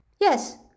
Yes